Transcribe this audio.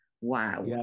Wow